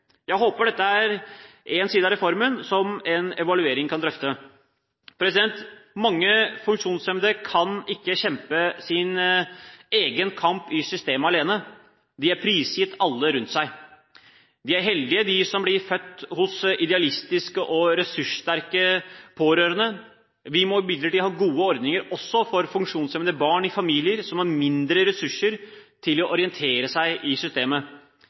Jeg håper dette er en side av reformen som man kan drøfte i en evaluering. Mange funksjonshemmede kan ikke kjempe sin egen kamp i systemet alene, de er prisgitt alle rundt seg. De er heldige, de som blir født hos idealistiske og ressurssterke pårørende. Vi må imidlertid ha gode ordninger også for funksjonshemmede barn i familier som har mindre ressurser til å orientere seg i systemet.